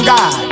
God